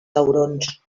taurons